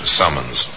summons